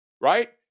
right